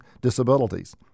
disabilities